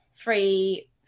free